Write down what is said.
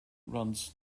runs